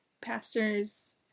Pastor's